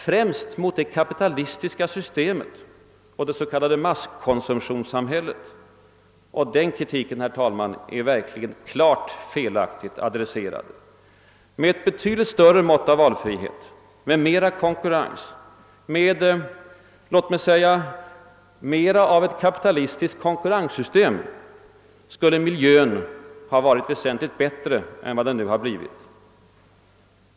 — främst mot det kapitalistiska systemet och det s.k. masskonsumtions samhället. Den kritiken, herr talman, är verkligen klart felaktigt adresserad. Med ett betydligt stårre mått av valfrihet, med mera konkurrens, med låt mig säga mera av kapitalistiskt konkurrenssystem skulle miljön ha varit väsentligt bättre än vad den nu har blivit.